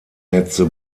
netze